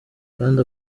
kandi